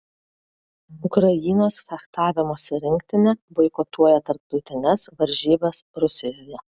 ukrainos fechtavimosi rinktinė boikotuoja tarptautines varžybas rusijoje